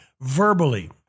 verbally